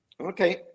Okay